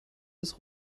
des